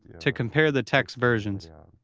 to compare the text versions.